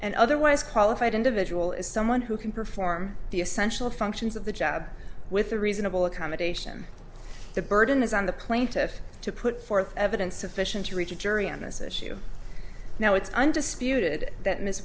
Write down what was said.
and otherwise qualified individual is someone who can perform the essential functions of the job with a reasonable accommodation the burden is on the plaintiff to put forth evidence sufficient to reach a jury on this issue now it's undisputed that